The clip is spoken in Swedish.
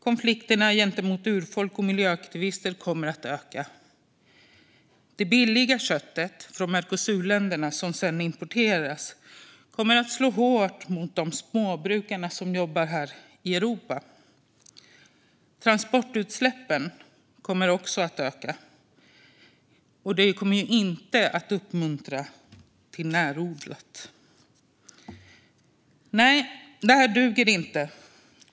Konflikterna gentemot urfolk och miljöaktivister kommer att öka. Det billiga köttet från Mercosurländerna, som sedan importeras av EU, kommer att slå hårt mot de småbrukare som jobbar här i Europa. Transportutsläppen kommer att öka, och detta kommer inte att uppmuntra närodlat. Nej, det här duger inte.